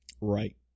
Right